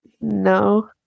No